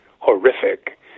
horrific